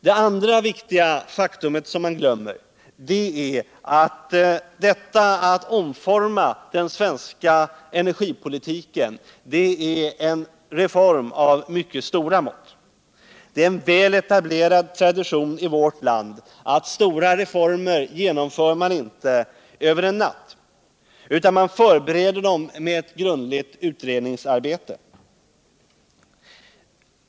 Det andra viktiga faktum som man glömmer bort är att detta att omforma den svenska energipolitiken är en reform av mycket stora mått, och det är en väl etablerad tradition i vårt land att man inte genomför stora reformer över en natt utan förbereder dem genom grundligt utredningsarbete.